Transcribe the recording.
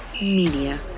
Media